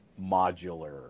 modular